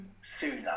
sooner